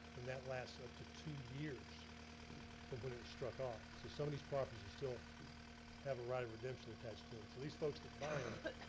and that lasts up to two years from when it was struck off. so some of these properties still have a right of redemption attached to them. so these folks that buy em,